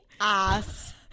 ass